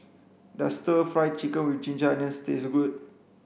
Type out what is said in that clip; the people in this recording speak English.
does stir fry chicken with ginger onions taste good